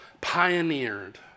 pioneered